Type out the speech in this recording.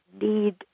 need